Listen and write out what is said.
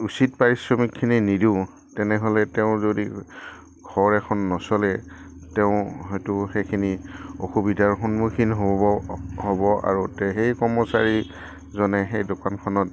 উচিত পাৰিশ্ৰমিকখিনি নিদিওঁ তেনেহ'লে তেওঁৰ যদি ঘৰ এখন নচলে তেওঁ হয়তো সেইখিনি অসুবিধাৰ সন্মুখীন হ'ব হ'ব আৰু সেই কৰ্মচাৰীজনে সেই দোকানখনত